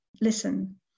listen